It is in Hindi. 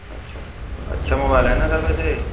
अच्छा अच्छा मोबाइल है ना सर वैसे